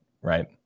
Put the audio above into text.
right